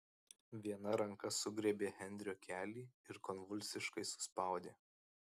viena ranka sugriebė henrio kelį ir konvulsiškai suspaudė